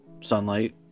sunlight